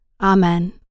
Amen